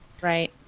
Right